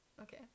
okay